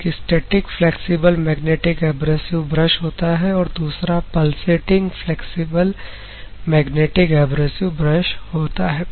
एक static flexible magnetic abrasive brush होता है और दूसरा pulsating flexible magnetic abrasive brush होता है